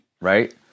right